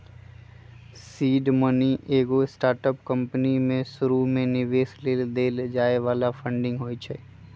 seed money एगो startup company में शुरुमे निवेश लेल देल जाय बला फंडिंग होइ छइ